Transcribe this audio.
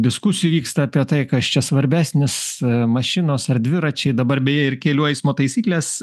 diskusijų vyksta apie tai kas čia svarbesnis mašinos ar dviračiai dabar beje ir kelių eismo taisykles